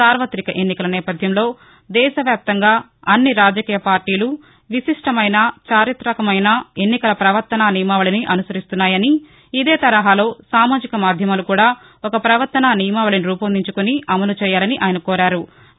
సార్వతిక ఎన్నికల నేపథ్యంలో దేశ వ్యాప్తంగా అన్ని రాజకీయ పార్లీలు విశిష్టమైన చారితాత్మకమైన ఎన్నికల ప్రవర్తనా నియమావళిని అనుసరిస్తున్నాయని ఇదే తరహాలో సామాజిక మాధ్యమాలు కూడా ఒక ప్రపర్తనా నియమావళిని రూపొందించుకుని అమలు చేయాలని ఆయన కోరారు